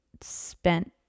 spent